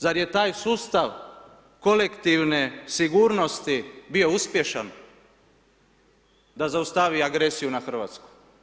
Zar je taj sustav kolektivne sigurnosti bio uspješan da zaustavi agresiju na Hrvatsku?